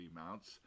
mounts